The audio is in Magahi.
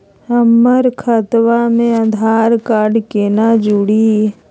हमर खतवा मे आधार कार्ड केना जुड़ी?